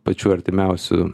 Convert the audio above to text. pačių artimiausių